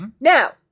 Now